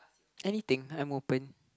anything I'm open